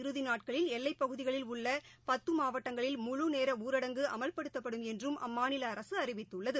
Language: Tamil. இறுதிநாட்களில் எல்லைப்பகுதிகளில் உள்ளபத்தமாவட்டங்களில் முழுநேரஊரடங்கு வார அமல்படுத்தப்படும் என்றும் அம்மாநிலஅரசுஅறிவித்துள்ளது